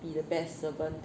be the best servant